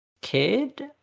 kid